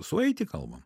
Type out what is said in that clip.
sueitį kalba